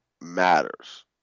matters